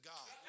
God